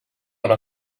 una